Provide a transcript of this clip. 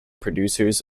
producers